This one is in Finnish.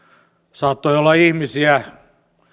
saattoi olla ihmisiä